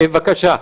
בבקשה.